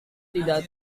tidak